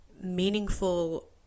meaningful